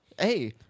Hey